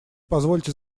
позвольте